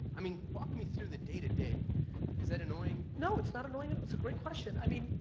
i mean, walk me through the day-to-day. is that annoying? no, it's not annoying, and it's a great question. i mean,